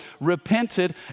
repented